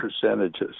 percentages